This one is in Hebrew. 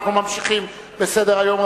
ואנחנו ממשיכים בסדר-היום.